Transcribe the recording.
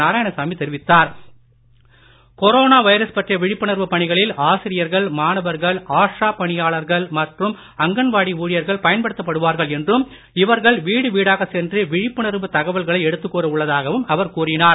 நாராயணசாமி தெரிவித்தார் corona virus பற்றிய விழிப்புணர்வு பணிகளில் ஆசிரியர்கள் மாணவர்கள் பணியாளர்கள் மற்றும் அங்கன்வாடி ஊழியர்கள் ஆஷா பயன்படுத்தப்படுவார்கள் என்றும் இவர்கள் வீடு வீடாக சென்று விழிப்புணர்வு தகவல்களை எடுத்துக்கூற உள்ளதாகவும் அவர் கூறினார்